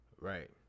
Right